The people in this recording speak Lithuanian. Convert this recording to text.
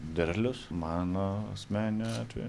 derlius mano asmeniniu atveju